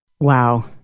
Wow